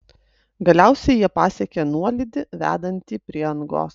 galiausiai jie pasiekė nuolydį vedantį prie angos